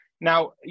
Now